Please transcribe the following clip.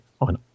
on